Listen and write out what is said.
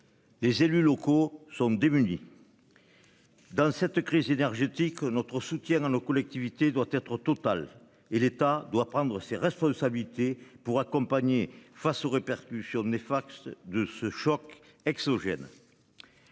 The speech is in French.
Les élus locaux sont démunis.-- Dans cette crise énergétique notre soutien dans nos collectivités doit être totale et l'État doit prendre ses responsabilités pour accompagner face aux répercussions néfastes de ce choc exogène.